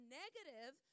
negative